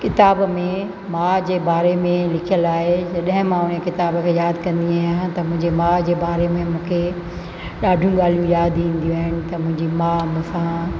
किताब में माउ जे बारे में लिखियल आहे जॾहिं मां उन किताब खे यादि कंदी आहियां त मुंहिंजी माउ जे बारे में मूंखे ॾाढियूं ॻाल्हियूं यादि ईंदियूं आहिनि त मुंहिंजी माउ मूंसां